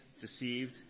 deceived